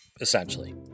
essentially